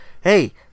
hey